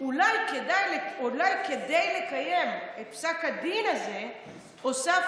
"אולי כדי לקיים את פסק הדין הזה הוספנו